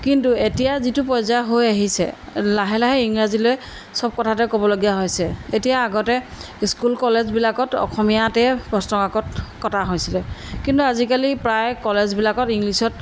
কিন্তু এতিয়া যিটো পৰ্যায় হৈ আহিছে লাহে লাহে ইংৰাজীলৈ চব কথাতে ক'বলগীয়া হৈছে এতিয়া আগতে স্কুল কলেজবিলাকত অসমীয়াতে প্ৰশ্ন কাকত কটা হৈছিলে কিন্তু আজিকালি প্ৰায় কলেজবিলাকত ইংলিছত